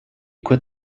quit